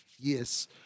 Yes